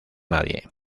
nadie